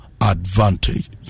advantage